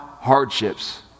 hardships